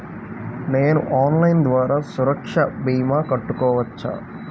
నేను ఆన్లైన్ ద్వారా సురక్ష భీమా కట్టుకోవచ్చా?